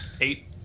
Eight